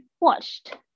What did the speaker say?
watched